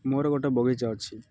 ମୋର ଗୋଟେ ବଗିଚା ଅଛି